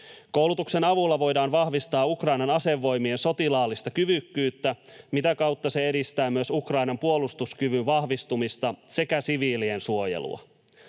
Koulutuksen avulla voidaan vahvistaa Ukrainan asevoimien sotilaallista kyvykkyyttä, mitä kautta se edistää myös Ukrainan puolustuskyvyn vahvistumista sekä siviilien suojelua.